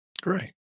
Great